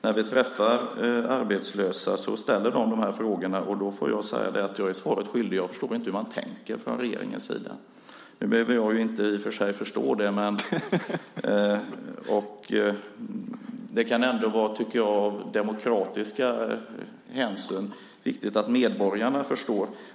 När vi träffar arbetslösa ställer de frågor om sådant här. Då får jag säga att jag är dem svaret skyldig, att jag inte förstår hur man tänker från regeringens sida. I och för sig behöver jag inte förstå det. Men av demokratiska hänsyn kan det vara viktigt att medborgarna förstår.